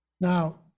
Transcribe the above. Now